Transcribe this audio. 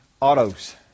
autos